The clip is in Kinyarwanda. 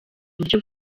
uburyo